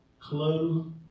clue